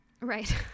Right